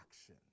action